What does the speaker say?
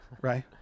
right